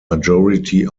majority